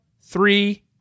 three